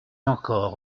encore